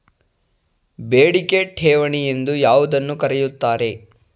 ಬೇಡಿಕೆ ಠೇವಣಿ ಎಂದು ಯಾವುದನ್ನು ಕರೆಯುತ್ತಾರೆ?